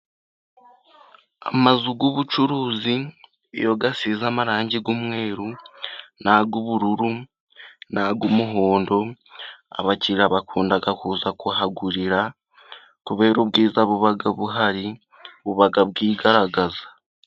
Amazu y'ubucuruzi iyo asize amarangi y'umweru n'ay'ubururu, n'ay' umuhondo, abakiriya bakunda kuza kuhagurira, kubera ubwiza buba buhari buba bwigaragaza.